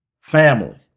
family